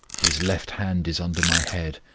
his left hand is under my head,